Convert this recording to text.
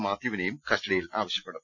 മാത്യുവിനെയും കസ്റ്റഡിയിൽ ആവശ്യപ്പെടും